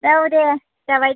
औ दे जाबाय दे